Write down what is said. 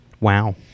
Wow